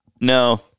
no